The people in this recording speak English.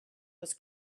was